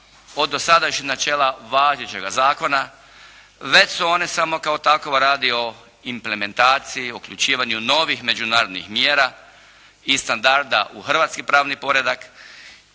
od dosadašnjih načela važećega zakona već su one samo kao takvo radi o implementaciji, uključivanju novih međunarodnih mjera i standarda u hrvatski pravni poredak